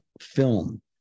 film